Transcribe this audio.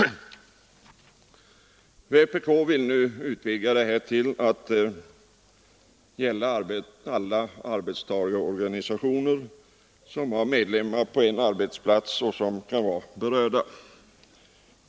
Vpk vill nu utvidga denna rätt till att gälla alla arbetstagarorganisationer som har medlemmar på en arbetsplats och som kan vara berörda.